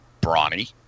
brawny